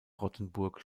rottenburg